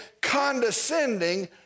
condescending